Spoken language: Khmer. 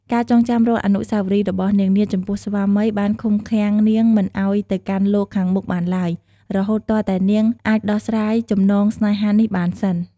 ការចងចាំរាល់អនុស្សវរីរបស់នាងនាថចំពោះស្វាមី បានឃុំឃាំងនាងមិនឱ្យទៅកាន់លោកខាងមុខបានឡើយ រហូតទាល់តែនាងអាចដោះស្រាយចំណងស្នេហានោះបានសិន ។